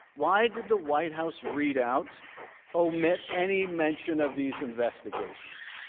why did the white house readout omit any mention of these investigations.